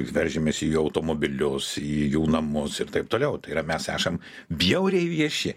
veržiamės į jų automobilius į jų namus ir taip toliau tai yra mes esam bjauriai vieši